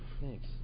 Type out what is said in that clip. Thanks